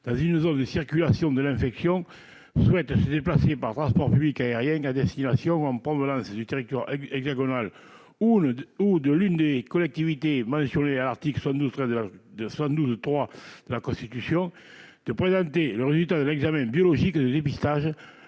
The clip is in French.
dans une zone de circulation de l'infection et qui souhaitent se déplacer par transport public aérien à destination ou en provenance de l'Hexagone ou de l'une des collectivités mentionnées à l'article 72-3 de la Constitution de présenter le résultat d'un examen biologique de dépistage